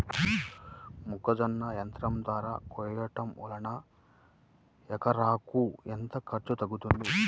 మొక్కజొన్న యంత్రం ద్వారా కోయటం వలన ఎకరాకు ఎంత ఖర్చు తగ్గుతుంది?